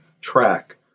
track